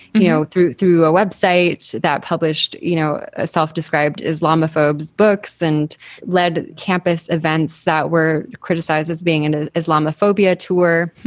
you know through through a website that published you know a self-described islamophobia books and led to campus events that were criticized as being an ah islamophobia tour.